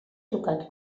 tocat